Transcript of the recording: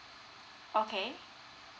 okay